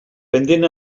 pendent